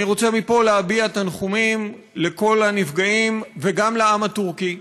אני רוצה מפה להביע תנחומים לכל הנפגעים וגם לעם הטורקי,